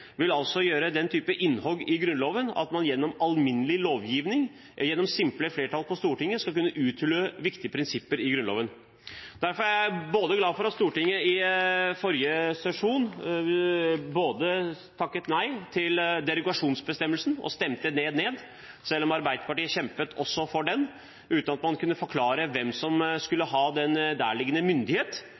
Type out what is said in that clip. vil gjøre den type innhogg i Grunnloven at man gjennom alminnelig lovgivning, gjennom simpelt flertall på Stortinget, skal kunne uthule viktige prinsipper i Grunnloven. Derfor er jeg glad for at Stortinget i forrige sesjon takket nei til derogasjonsbestemmelsen og stemte det ned, selv om Arbeiderpartiet kjempet også for den, uten at man kunne forklare hvem som skulle ha den derliggende myndighet.